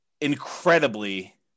incredibly